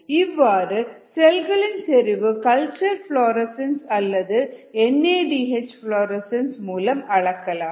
இவ்வாறு செல்களின் செறிவு கல்ச்சர் ஃபிளாரன்ஸ் அல்லது N A D H fluorescence மூலம் அளக்கலாம்